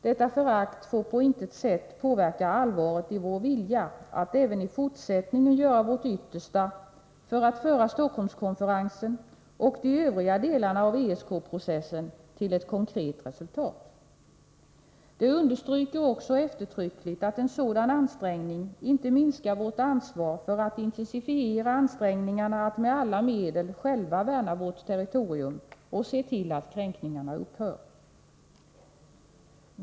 Detta förakt får på intet sätt påverka allvaret i vår vilja att även i fortsättningen göra vårt yttersta för att föra Stockholmskonferensen — och de övriga delarna av ESK-processen — till ett konkret resultat. Det understryker också eftertryckligt att en sådan ansträngning inte minskar vårt ansvar för att intensifiera ansträngningarna att med alla medel själva värna vårt territorium och se till att kränkningarna upphör.